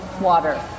water